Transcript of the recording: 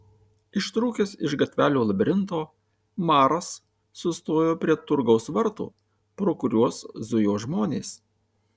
ištrūkęs iš gatvelių labirinto maras sustojo prie turgaus vartų pro kuriuos zujo žmonės